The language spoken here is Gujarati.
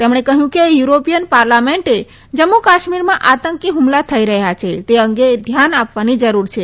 તેમણે કહ્યું કે યુરોપીયન પાર્લામેન્ટે જમ્મુ કાશ્મીરમાં આતંકી હુમલા થઈ રહ્યા છે તે અંગે ધ્યાન આપવાની જરૂર છે